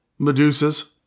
Medusas